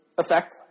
Effect